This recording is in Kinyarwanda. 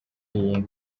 y’inka